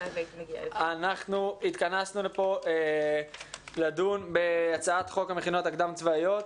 אנחנו התכנסנו פה לדון בהצעת תקנות המכינות הקדם-צבאיות,